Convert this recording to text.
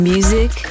Music